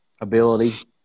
ability